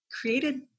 created